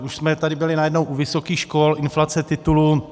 Už jsme tady byli najednou u vysokých škol, inflace titulu.